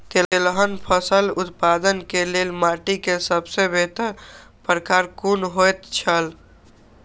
तेलहन फसल उत्पादन के लेल माटी के सबसे बेहतर प्रकार कुन होएत छल?